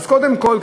אז קודם כול,